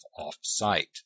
off-site